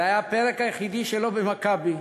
זה היה הפרק היחיד שלו ב"מכבי",